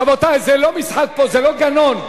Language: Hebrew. רבותי, זה לא משחק פה, זה לא גנון.